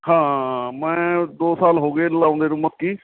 ਹਾਂ ਮੈਂ ਦੋ ਸਾਲ ਹੋ ਗਏ ਲਾਉਂਦੇ ਨੂੰ ਮੱਕੀ